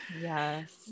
yes